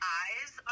eyes